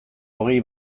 hogei